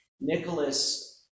Nicholas